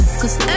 cause